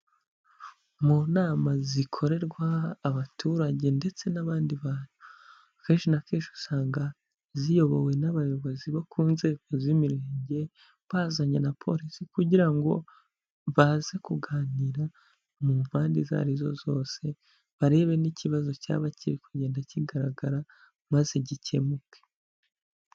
Mu nama zikorerwa abaturage ndetse n'abandi bantu akenshi na kenshi usanga ziyobowe n'abayobozi bo ku nzego z'imirenge bazanye na polisi kugira ngo baze kuganira mu mpande izo arizo zose barebe n'ikibazo cyaba kiri kugenda kigaragara maze gikemuke.